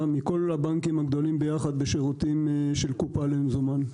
מכל הבנקים הגדולים ביחד בשירותים של קופה למזומן.